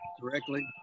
directly